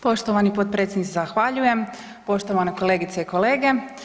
Poštovani potpredsjedniče zahvaljujem, poštovane kolegice i kolege.